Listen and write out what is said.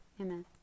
Amen